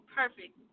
perfect